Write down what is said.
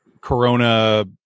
corona